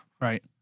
Right